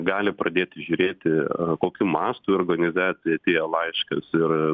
gali pradėti žiūrėti kokiu mastu į organizaciją atėjo laiškas ir